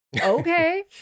Okay